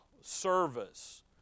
service